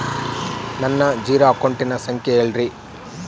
ನನ್ನ ಜೇರೊ ಅಕೌಂಟಿನ ಸಂಖ್ಯೆ ಹೇಳ್ರಿ?